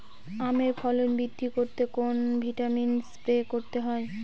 আমের ফলন বৃদ্ধি করতে কোন ভিটামিন স্প্রে করতে হয়?